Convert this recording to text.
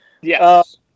Yes